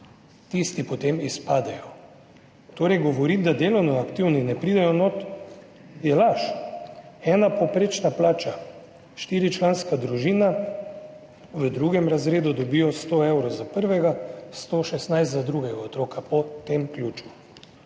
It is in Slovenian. tisti potem izpadejo. Govoriti, da delovno aktivni ne pridejo noter, je laž. Ena povprečna plača, štiričlanska družina v drugem razredu dobi 100 evrov za prvega in 116 evrov za drugega otroka po tem ključu.